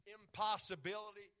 impossibility